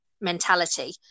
mentality